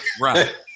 right